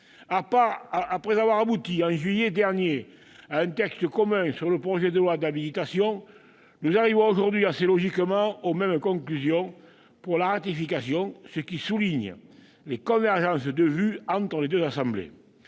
Après avoir abouti, en juillet dernier, à un texte commun sur le projet de loi d'habilitation, nous arrivons aujourd'hui assez logiquement aux mêmes conclusions pour la ratification, ce qui souligne les convergences de vues entre les deux assemblées.